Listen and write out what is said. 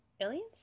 aliens